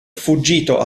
fuggito